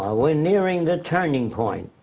ah we're nearing the turning point.